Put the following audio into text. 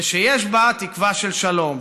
ושיש בה תקווה של שלום.